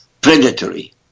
predatory